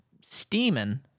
steaming